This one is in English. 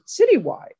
citywide